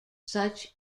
such